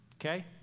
okay